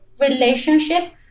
relationship